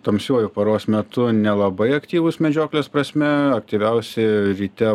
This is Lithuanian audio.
tamsiuoju paros metu nelabai aktyvūs medžioklės prasme aktyviausi ryte